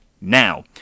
now